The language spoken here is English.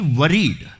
worried